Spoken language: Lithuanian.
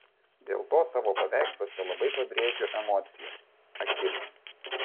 dėl to savo paveiksluose labai pabrėžiu emocijas akis